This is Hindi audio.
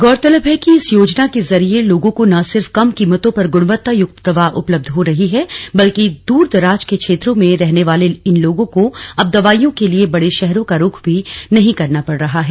गौरतलब है कि इस योजना के जरिए लोगों को न सिर्फ कम कीमतों पर गुणवत्ता युक्त दवा उपलब्ध हो रही है बल्कि दूर दराज के क्षेत्रों में रहने वाले इन लोगों को अब दवाइयों के लिए बड़े शहरों का रुख भी नहीं करना पड़ रहा है